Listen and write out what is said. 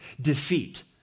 defeat